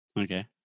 Okay